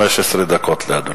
15 דקות לאדוני.